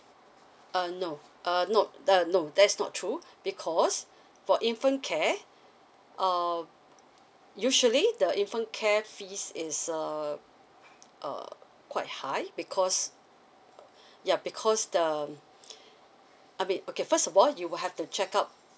uh no uh no uh no that's not true because for infant care uh usually the infant care fees is uh uh quite high because ya because um I mean okay first of all you will have to check out